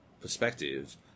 perspective